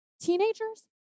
Teenagers